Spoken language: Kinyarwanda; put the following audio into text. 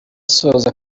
asoza